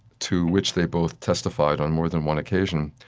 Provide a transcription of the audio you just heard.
to which they both testified on more than one occasion.